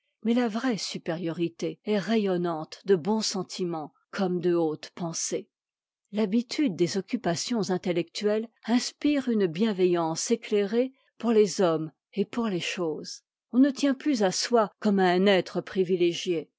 mais la vraie supériorité est rayonnante de bons sentiments comme de hautes pensées l'habitude des occupations intellectuelles inspire une bienveillance éclairée pour les hommes t pour les choses on ne tient plus à soi comme à un être privilégié